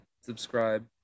subscribe